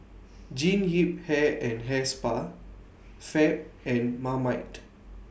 Jean Yip Hair and Hair Spa Fab and Marmite